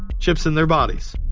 chips in their bodies.